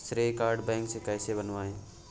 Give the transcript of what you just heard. श्रेय card bank से कैसे बनवाएं?